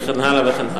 וכן הלאה וכן הלאה.